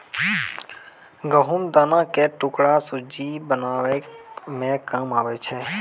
गहुँम दाना के टुकड़ा सुज्जी बनाबै मे काम आबै छै